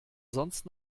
sonst